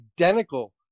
identical